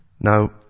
Now